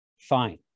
fine